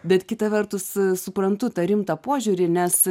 bet kita vertus suprantu tą rimtą požiūrį nes